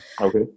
Okay